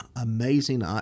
amazing